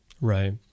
Right